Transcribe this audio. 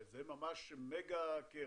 זה ממש מגה קרן,